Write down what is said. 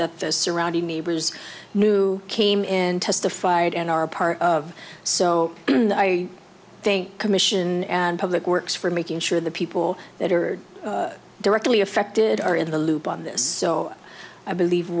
that the surrounding neighbors knew came in testified and are a part of so i think commission and public works for making sure the people that are directly affected are in the loop on this so i believe